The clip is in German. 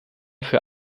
für